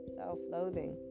self-loathing